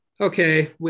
okay